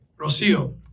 Rocio